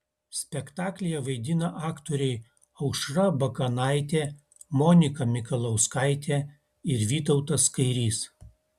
spektaklyje vaidina aktoriai aušra bakanaitė monika mikalauskaitė ir vytautas kairys